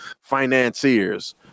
financiers